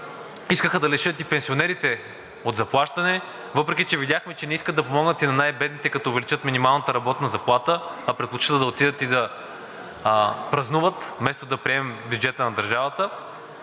искаха да лишат и пенсионерите от заплащане, въпреки че видяхме, че не искат да помогнат и най-бедните, като увеличат минималната работна заплата, а предпочитат да отидат и да празнуват, вместо да приемем бюджета на държавата,